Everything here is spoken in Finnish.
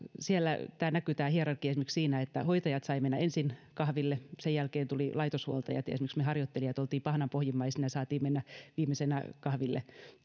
siellä tämä hierarkia näkyi esimerkiksi siinä että hoitajat saivat mennä ensin kahville sen jälkeen tulivat laitoshuoltajat ja esimerkiksi me harjoittelijat olimme pahnanpohjimmaisina ja saimme mennä viimeisinä kahville